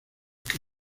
que